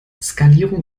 skalierung